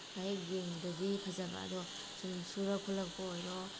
ꯍꯦꯛ ꯌꯦꯡꯕꯗꯗꯤ ꯐꯖꯕ ꯑꯗꯣ ꯁꯨꯝ ꯁꯨꯔꯛ ꯈꯣꯠꯂꯛꯄ ꯑꯣꯏꯔꯣ